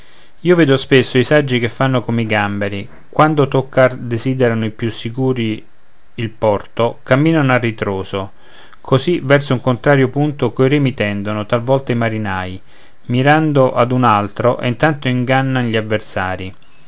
io vedo spesso i saggi che fanno come i gàmberi quando toccar desiderano i più sicuri il porto camminano a ritroso così verso un contrario punto coi remi tendono talvolta i marinari mirando a un altro e intanto ingannan gli avversari